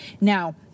Now